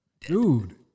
Dude